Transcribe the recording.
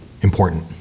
important